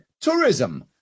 tourism